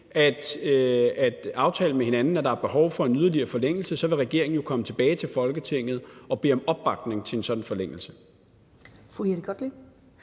at aftale med hinanden, at der er behov for en yderligere forlængelse, vil regeringen jo komme tilbage til Folketinget og bede om opbakning til en sådan forlængelse.